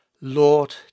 Lord